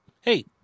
hey